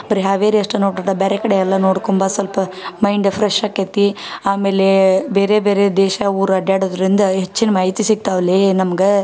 ಬರೀ ಹಾವೇರಿ ಅಷ್ಟೇ ನೋಡಿದ್ದೆ ಬೇರೆ ಕಡೆ ಎಲ್ಲ ನೋಡ್ಕೊಬಾ ಸ್ವಲ್ಪ ಮೈಂಡ್ ಫ್ರೆಶ್ ಆಕ್ಕೇತಿ ಆಮೇಲೇ ಬೇರೆ ಬೇರೆ ದೇಶ ಊರು ಅಡ್ಯಾಡೋದರಿಂದ ಹೆಚ್ಚಿನ ಮಾಹಿತಿ ಸಿಗ್ತಾವೆ ಲೇ ನಮ್ಗೆ